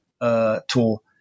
tool